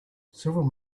several